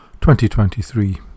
2023